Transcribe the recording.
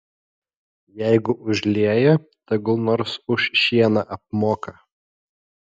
jeigu užlieja tegul nors už šieną apmoka